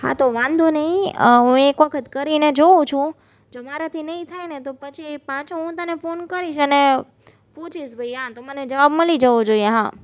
હા તો વાંધો નહીં હું એક વખત કરીને જોઉં છું જો મારાથી નહીં થાય ને તો પછી પાછો હું તને ફોન કરીશ અને પૂછીશ ભાઈ હાં તો મને જવાબ મળી જવો જોઈએ હા